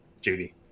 Judy